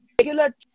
regular